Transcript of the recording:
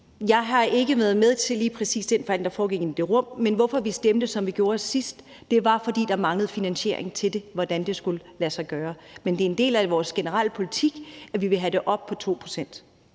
Jeg har ikke været med til lige præcis den forhandling, der foregik inde i det rum, men jeg kan sige, hvorfor vi stemte, som vi gjorde sidst, og det var, fordi der manglede finansiering til, hvordan det skulle lade sig gøre. Men det er en del af vores generelle politik, at vi vil have det op på 2 pct.